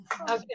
Okay